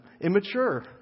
immature